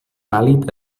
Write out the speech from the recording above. pàl·lid